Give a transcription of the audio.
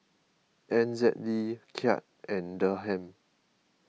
N Z D Kyat and Dirham